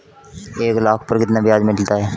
एक लाख पर कितना ब्याज मिलता है?